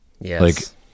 yes